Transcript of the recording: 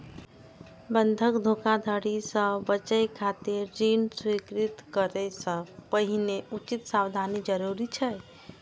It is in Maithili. बंधक धोखाधड़ी सं बचय खातिर ऋण स्वीकृत करै सं पहिने उचित सावधानी जरूरी छै